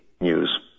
News